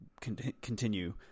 continue